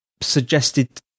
suggested